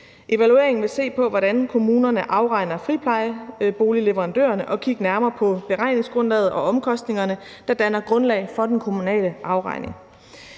Evalueringen vil se på, hvordan kommunerne afregner friplejeboligleverandørerne og kigge nærmere på beregningsgrundlaget og omkostningerne, der danner grundlag for den kommunale afregning.